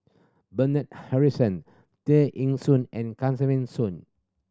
Bernard Harrison Tear Ee Soon and Kesavan Soon